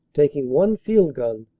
taking one field gun,